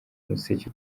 umuseke